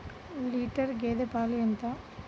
Litre గేదె పాలు ఎంత?